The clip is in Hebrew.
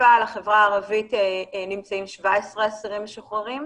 בחיפה לחברה הערבית נמצאים 17 אסירים משוחררים,